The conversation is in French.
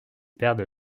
perdent